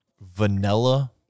Vanilla